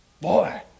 Boy